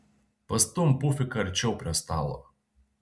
pastumk pufiką arčiau prie stalo